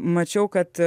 mačiau kad